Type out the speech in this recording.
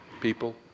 people